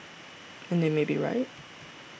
and they may be right